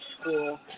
school